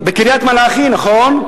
נכון.